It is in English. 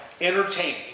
entertaining